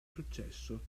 successo